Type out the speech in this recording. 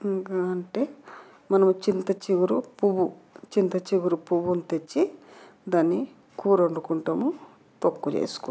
ఇంకా అంటే మనం చింత చిగురు పువ్వు చింత చిగురు పువ్వును తెచ్చి దాని కూర వండుకుంటాము తొక్కు చేసుకుంటాం